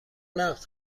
نقد